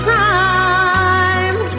time